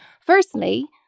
Firstly